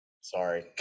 Sorry